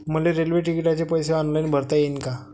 मले रेल्वे तिकिटाचे पैसे ऑनलाईन भरता येईन का?